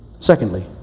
Secondly